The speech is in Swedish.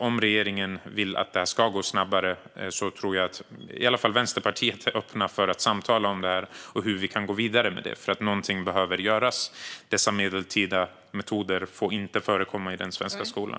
Om regeringen vill att det ska gå snabbare tror jag att i varje fall Vänsterpartiet är öppet för att samtala om det och hur vi kan gå vidare med det. Någonting behöver göras. Dessa medeltida metoder får inte förekomma i den svenska skolan.